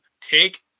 take